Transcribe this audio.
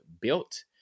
built